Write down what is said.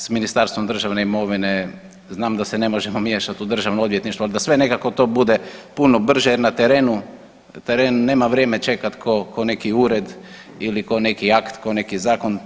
S Ministarstvom državne imovine znam da se ne možemo miješati u državno odvjetništvo ali da sve nekako to bude puno brže jer na terenu, teren nema vrijeme čekat ko neko ured ili ko neki akt, ko neki zakon.